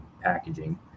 Packaging